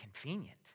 convenient